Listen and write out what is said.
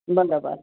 बरोबर